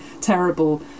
terrible